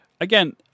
Again